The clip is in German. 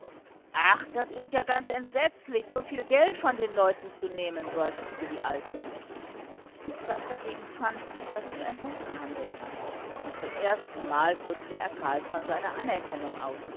ach das ist ja entsetzlich so viel geld von den leuten zu nehmen seufzte die alte gustav dagegen fand daß es ein guter handel sei und zum ersten male drückte er carlsson seine anerkennung aus